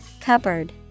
Cupboard